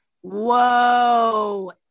Whoa